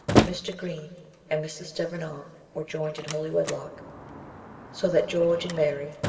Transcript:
mr. green and mrs. devenant were joined in holy wedlock so that george and mary,